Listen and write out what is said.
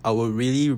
I'll really